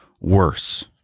worse